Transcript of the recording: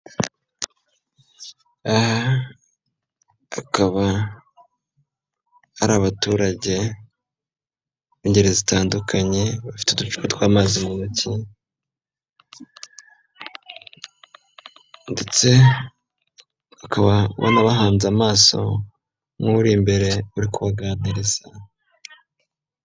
Aha, akaba ari abaturage b'ingeri zitandukanye bafite udupa twamazi mu ntoki, ndetse bakaba banahanze amaso nk'uri imbere uri kubaganiriza.